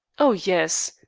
oh, yes.